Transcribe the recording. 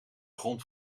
grond